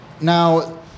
Now